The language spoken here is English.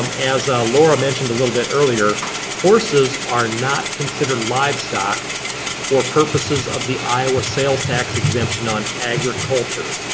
um as laura mentioned a little bit earlier horses are not considered livestock for purposes of the iowa sales tax exemption on agriculture.